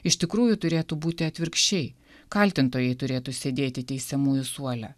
iš tikrųjų turėtų būti atvirkščiai kaltintojai turėtų sėdėti teisiamųjų suole